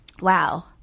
Wow